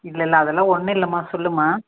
இல்லை இல்லை அதெல்லாம் ஒன்னும் இல்லைமா சொல்லுமா